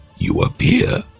you appear.